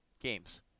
games